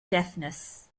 deafness